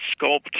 sculpt